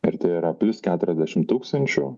ir tai yra plius keturiasdešim tūkstančių